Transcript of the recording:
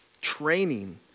training